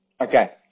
Okay